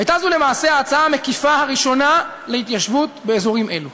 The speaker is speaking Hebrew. הייתה זו למעשה ההצעה המקיפה הראשונה להתיישבות באזורים אלו.